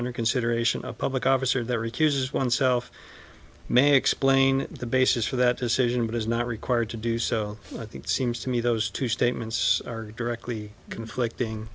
under consideration of public office or their e q says oneself may explain the basis for that decision but is not required to do so i think it seems to me those two statements are directly conflicting